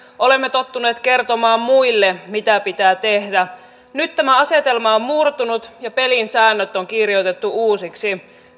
olemme tottuneet kertomaan muille mitä pitää tehdä nyt tämä asetelma on murtunut ja pelin säännöt on kirjoitettu uusiksi